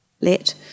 Let